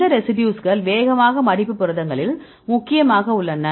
இந்த ரெசிடியூஸ்கள் வேகமாக மடிப்பு புரதங்களில் முக்கியமாக உள்ளன